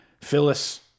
Phyllis